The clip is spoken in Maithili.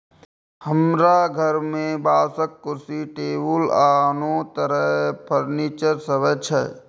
हमरा घर मे बांसक कुर्सी, टेबुल आ आनो तरह फर्नीचर सब छै